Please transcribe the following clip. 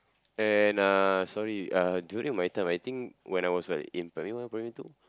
and uh sorry uh during my time I think when I was like in primary one primary two